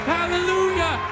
Hallelujah